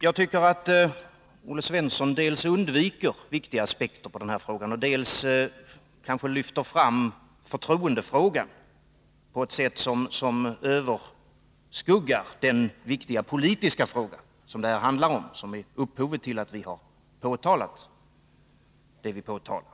Jag tycker att Olle Svensson dels undviker viktiga aspekter på den här frågan, dels kanske lyfter fram förtroendefrågan på ett sätt som överskuggar den viktiga politiska fråga som är upphovet till att vi har påtalat det vi påtalar.